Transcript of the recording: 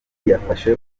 ryafashe